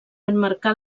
emmarcar